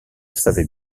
savais